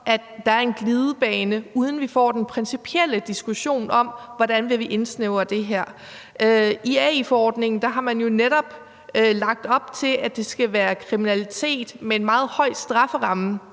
at der ikke er en glidebane, uden at vi får den principielle diskussion om, hvordan vi vil indsnævre det her. I AI-forordningen har man jo netop lagt op til, at det skal være kriminalitet med en meget høj strafferamme,